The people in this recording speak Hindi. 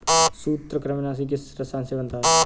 सूत्रकृमिनाशी किस रसायन से बनता है?